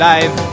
Life